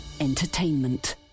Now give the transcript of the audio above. Entertainment